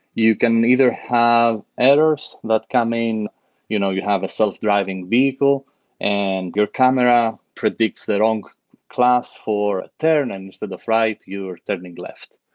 you can either have errors that come in. you know you have a self-driving vehicle and your camera predicts the wrong class for turning instead of right, you're turning left.